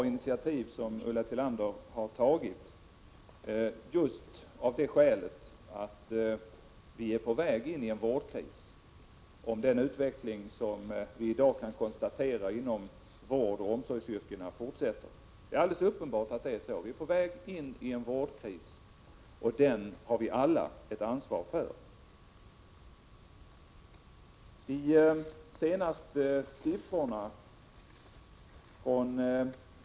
I ett längre perspektiv skall arbetet utmynna i analyser av de faktorer som försvårar rekrytering och utbildning samt i förslag till förändringar i syfte att undanröja dessa hinder.